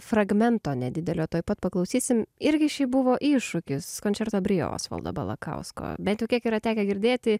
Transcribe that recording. fragmento nedidelio tuoj pat paklausysim irgi šiaip buvo iššūkis končerto brio osvaldo balakausko bet jau kiek yra tekę girdėti